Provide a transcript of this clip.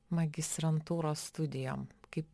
magistrantūros studijom kaip